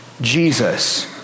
Jesus